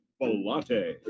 latte